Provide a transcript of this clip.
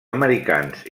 americans